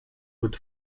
would